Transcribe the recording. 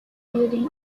building